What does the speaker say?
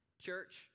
Church